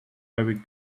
every